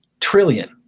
trillion